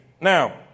Now